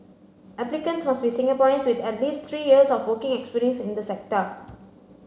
applicants must be Singaporeans with at least three years of working experience in the sector